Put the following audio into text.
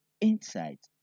insights